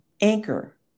Anchor